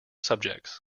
subjects